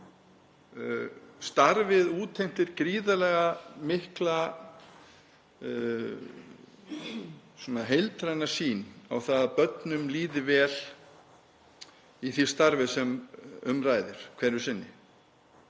upp. Starfið útheimtir gríðarlega mikla heildræna sýn á það að börnum líði vel í því starfi sem um ræðir hverju sinni